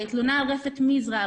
תלונה על רפת מזרע,